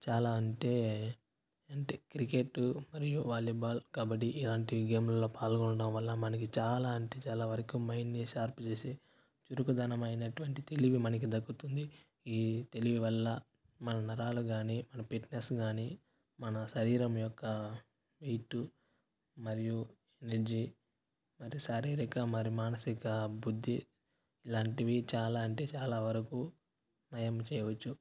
చాలా అంటే అంటే క్రికెట్ మరియు వాలీబాల్ కబడ్డీ ఇలాంటి గేములలో పాల్గొనడం వల్ల మనకి చాలా అంటే చాలా వరకు మైండ్ని షార్ప్ చేసి చురుకుదనం అయినటువంటి తెలివి మనకి దక్కుతుంది ఈ తెలివి వల్ల మన నరాలు కానీ మన ఫిట్నెస్ కానీ మన శరీరం యొక్క వైట్ మరియు ఎనర్జీ మన శారీరక మరి మానసిక బుద్ధి ఇలాంటివి చాలా అంటే చాలా వరకు నయం చేయవచ్చు